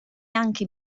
stati